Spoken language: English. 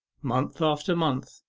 month after month,